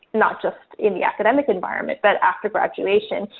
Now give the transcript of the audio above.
not just in the academic environment, but after graduation,